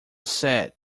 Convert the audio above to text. said